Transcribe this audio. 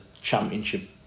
championship